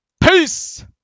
Peace